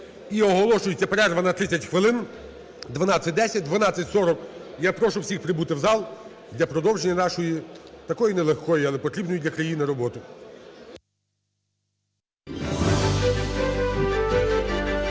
І оголошується перерва на 30 хвилин. О 12:10, о 12:40, я прошу всіх прибути в зал для продовження нашої такої не легкої, але потрібної для країни, роботи.